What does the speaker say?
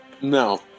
No